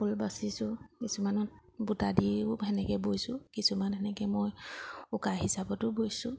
ফুল বাচিছোঁ কিছুমানত বুটা দিও সেনেকৈ বৈছোঁ কিছুমান সেনেকে মই উকা হিচাপতো বৈছোঁ